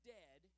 dead